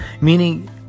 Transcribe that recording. meaning